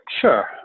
Sure